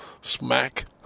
Smack